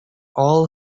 all